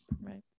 Right